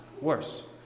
worse